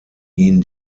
ihn